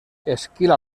esquila